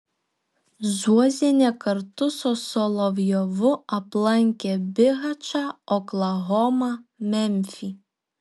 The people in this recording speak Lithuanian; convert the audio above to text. zuozienė kartu su solovjovu aplankė bihačą oklahomą memfį